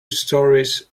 storeys